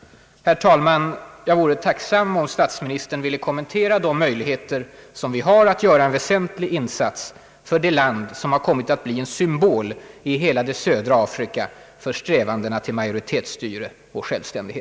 Herr talman! Jag vore tacksam om statsministern ville kommentera de möjligheter vi har att göra en väsentlig insats för det land som har kommit att bli en symbol i hela det södra Afrika för strävandena till majoritetsstyre och självständighet.